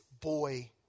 boy